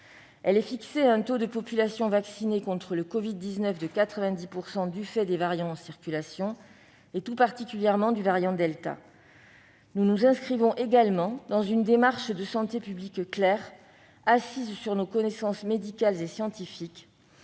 celle-ci est fixée à un taux de population vaccinée contre la covid-19 de 90 %, du fait des variants en circulation, tout particulièrement le variant delta. Nous nous inscrivons également dans une démarche de santé publique claire, assise sur des connaissances médicales et scientifiques.